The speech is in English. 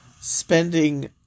spending